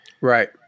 Right